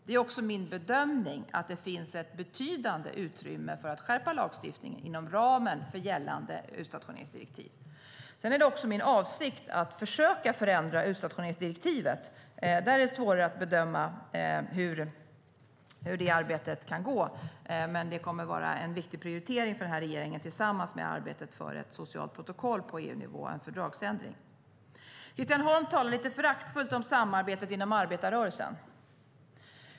Det är också min bedömning att det finns ett betydande utrymme för att skärpa lagstiftningen inom ramen för gällande utstationeringsdirektiv. Christian Holm talar lite föraktfullt om samarbetet inom arbetarrörelsen.